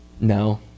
No